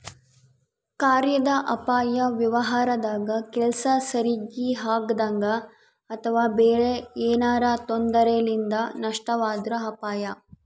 ಕಾರ್ಯಾದ ಅಪಾಯ ವ್ಯವಹಾರದಾಗ ಕೆಲ್ಸ ಸರಿಗಿ ಆಗದಂಗ ಅಥವಾ ಬೇರೆ ಏನಾರಾ ತೊಂದರೆಲಿಂದ ನಷ್ಟವಾದ್ರ ಅಪಾಯ